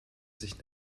sich